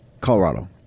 Colorado